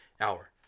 hour